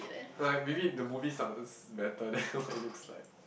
like maybe the movie sounds better than what it looks like